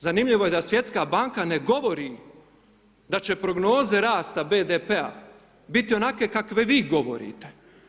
Zanimljivo je da Svjetska banka ne govori da će prognoze rasta BDP-a biti onakve kakve vi govorite.